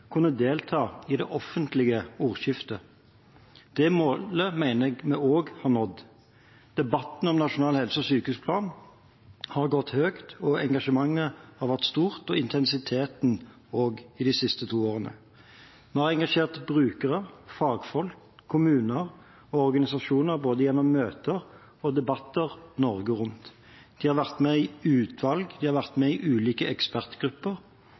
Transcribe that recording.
kunne delta i det offentlige ordskiftet. Det målet mener jeg vi også har nådd. Debatten om Nasjonal helse- og sykehusplan har gått høyt, og engasjementet har vært stort – intensiteten også – i de to siste årene. Vi har engasjert brukere, fagfolk, kommuner og organisasjoner, gjennom både møter og debatter Norge rundt. De har vært med i utvalg, de har vært med i ulike ekspertgrupper,